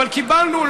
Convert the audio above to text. אבל קיבלנו.